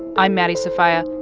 i'm maddie sofia.